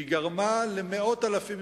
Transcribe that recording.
היא גרמה למאות אלפים,